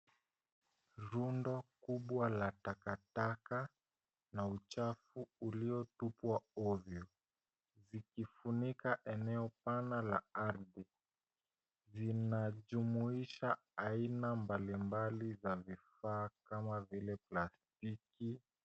Rundo kubwa la takataka na uchafu uliotupwa ovya zikifunika eneo pana la ardhi zina jumuisha aina mbalimbali za vifaa kama vile plastiki.